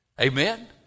Amen